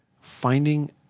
finding